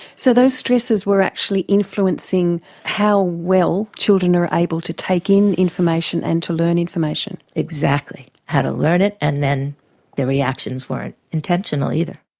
so those stresses were actually influencing how well children are able to take in information and to learn information? exactly, how to learn it and then their reactions weren't intentional either.